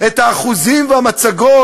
את האחוזים והמצגות.